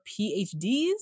PhDs